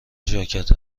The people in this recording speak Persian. ژاکت